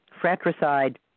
fratricide